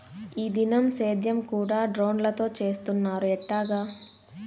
ఈ దినం సేద్యం కూడ డ్రోన్లతో చేస్తున్నారు ఎట్టాగా